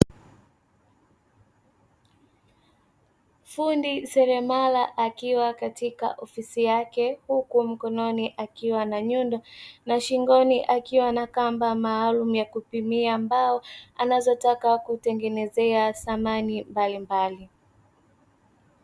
Fundi seremala akiwa katika ofisi yake huku mkononi akiwa na nyundo na shingoni akiwa na kamba maalumu ya kupimia mbao, anazotaka kutengenezea samani mbalimbali.